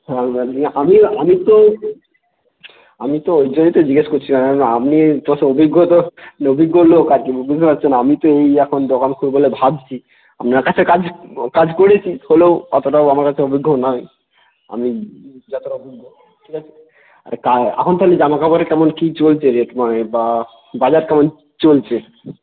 সামাল দেওয়া যাবে না আমি আমি তো আমি তো ওই জন্যই তো জিজ্ঞেস করছিলাম আসলে আপনি আসলে অভিজ্ঞ তো অভিজ্ঞ লোক আর কি বুঝতেই পারছেন আমি তো এই এখন দোকান খুলব বলে ভাবছি আপনার কাছে কাজ কাজ করেছি হলেও অতটাও আমার কাছে অভিজ্ঞ নয় আপনি যতটা অভিজ্ঞ ঠিক আছে আরে কা এখন তাহলে জামাকাপড়ের কেমন কী চলছে রেট মানে বা বাজার কেমন চলছে